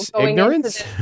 Ignorance